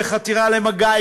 בחתירה למגע,